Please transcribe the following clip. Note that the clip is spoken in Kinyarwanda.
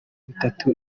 bitatu